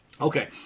Okay